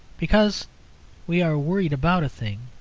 because we are worried about a thing,